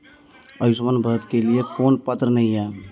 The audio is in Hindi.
आयुष्मान भारत के लिए कौन पात्र नहीं है?